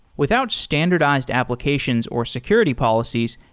without standardized applications or security policies,